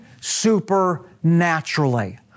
supernaturally